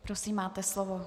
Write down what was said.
Prosím, máte slovo.